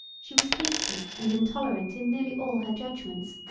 she was hasty and intolerant in nearly all her judgments,